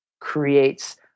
creates